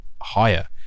higher